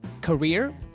career